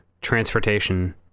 transportation